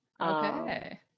okay